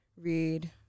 read